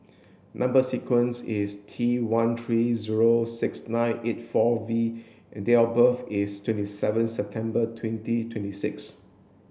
number sequence is T one three zero six nine eight four V and date of birth is twenty seven September twenty twenty six